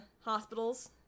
Hospitals